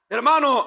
Hermano